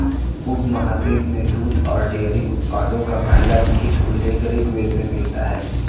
उपमहाद्वीप में दूध और डेयरी उत्पादों का पहला लिखित उल्लेख ऋग्वेद में मिलता है